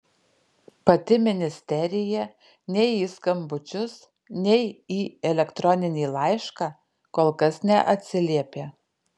pati ministerija nei į skambučius nei į elektroninį laišką kol kas neatsiliepė